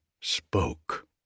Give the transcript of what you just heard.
spoke